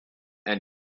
and